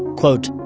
quote,